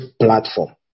platform